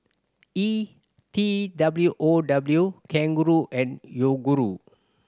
E T W O W Kangaroo and Yoguru